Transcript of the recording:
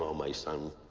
my son.